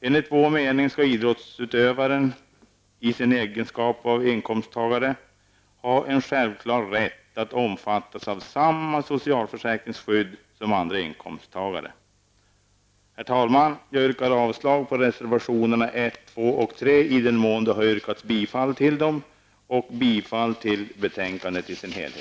Enligt vår uppfattning skall idrottsutövaren i sin egenskap av inkomsttagare ha en självklar rätt att omfattas av samma socialförsäkringsskydd som andra inkomsttagare. Herr talman! Jag yrkar avslag på reservationerna 1, 2 och 3, i den mån det har yrkats bifall till dem, och bifall till utskottets hemställan.